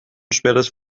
schweres